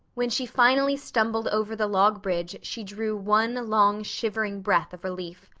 when she finally stumbled over the log bridge she drew one long shivering breath of relief.